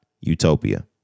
Utopia